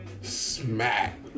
smack